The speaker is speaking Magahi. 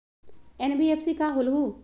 एन.बी.एफ.सी का होलहु?